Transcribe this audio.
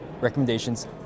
recommendations